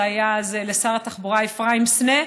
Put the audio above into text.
אז זה היה לשר התחבורה אפרים סנה.